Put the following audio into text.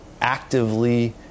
actively